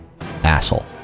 asshole